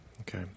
Okay